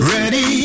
Ready